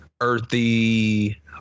earthy